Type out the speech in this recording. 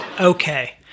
Okay